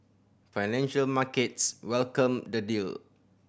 financial markets welcomed the deal